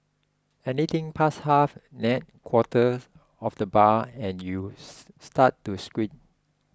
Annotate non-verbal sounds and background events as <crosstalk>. anything past half nay quarter of the bar and you <unintelligible> start to squint